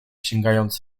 sięgając